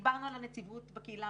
דיברנו על הנציבות בקהילה,